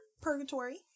Purgatory